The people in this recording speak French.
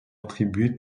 attribué